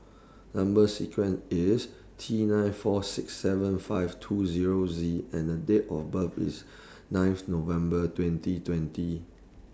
Number sequence IS T nine four six seven five two Zero Z and Date of birth IS ninth November twenty twenty